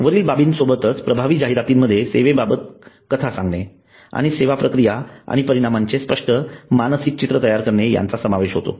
वरील बाबींसोबतच प्रभावी जाहिरातीमध्ये सेवेबाबत कथा सांगणे आणि सेवा प्रक्रिया आणि परिणामांचे स्पष्ट मानसिक चित्र तयार करणे यांचा समावेश होतो